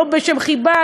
לא בשם חיבה,